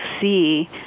see